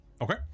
Okay